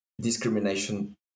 discrimination